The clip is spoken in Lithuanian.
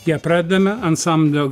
ją pradedame ansamblio